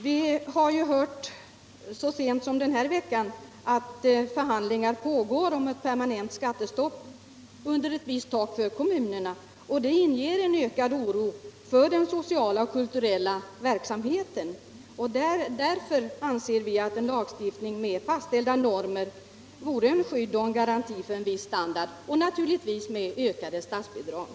Vi har så sent som denna vecka hört att förhandlingar pågår om ett permanent skattestopp, ett skattetak, för kommunerna. Det inger ökad oro för den sociala och kulturella verksamheten. Vi anser att en lagstiftning med fastställda normer — naturligtvis tillsammans med ökade statsbidrag — vore ett skydd och en garanti för en viss biblioteksstandard.